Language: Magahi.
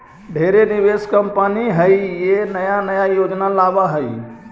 ढेरे निवेश कंपनी हइ जे नया नया योजना लावऽ हइ